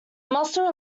muscle